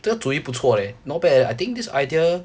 这个主意不错咧 not bad leh I think this idea